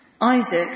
Isaac